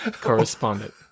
correspondent